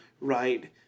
right